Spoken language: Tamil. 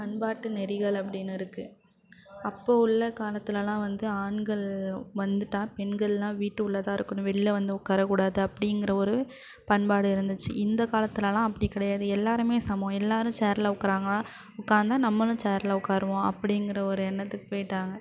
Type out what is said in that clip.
பண்பாட்டு நெறிகள் அப்படினு இருக்குது அப்போ உள்ள காலத்தெலலாம் வந்து ஆண்கள் வந்துட்டால் பெண்களெலாம் வீட்டு உள்ளேதான் இருக்கணும் வெளில வந்து உட்காரக்கூடாது அப்படிங்கிற ஒரு பண்பாடு இருந்துச்சு இந்த காலத்திலலாம் அப்படி கிடையாது எல்லோருமே சமம் எல்லோருமே சேரில் உட்கார்றாங்களா உக்கார்ந்தா நம்மளும் சேரில் உட்காருவோம் அப்படிங்கிற ஒரு எண்ணத்துக்கு போயிட்டாங்க